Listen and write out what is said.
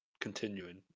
continuing